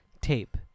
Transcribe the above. tape